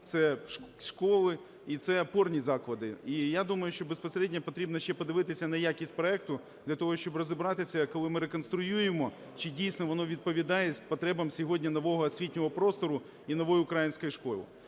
це школи, і це опорні заклади. І я думаю, що безпосередньо потрібно ще подивитися на якість проекту для того, щоб розібратися, коли ми реконструюємо, чи дійсно воно відповідає потребам сьогодні нового освітнього простору і "Нової української школи".